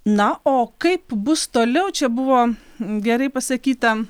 na o kaip bus toliau čia buvo gerai pasakyta